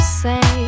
say